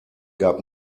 gab